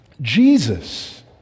Jesus